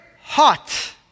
hot